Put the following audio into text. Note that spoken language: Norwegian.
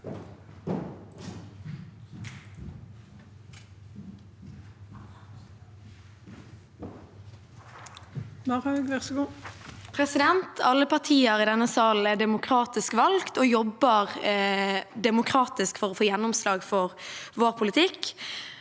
Alle partier i denne salen er demokratisk valgt og jobber demokratisk for å få gjennomslag for sin politikk.